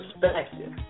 perspective